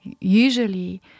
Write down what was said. usually